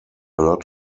lot